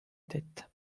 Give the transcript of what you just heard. tête